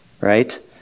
Right